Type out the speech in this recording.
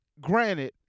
granted